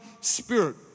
spirit